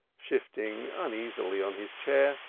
shifting uneasily on his chair,